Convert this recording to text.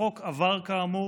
החוק עבר, כאמור,